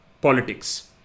politics